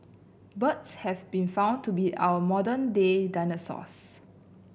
birds have been found to be our modern day dinosaurs